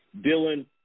Dylan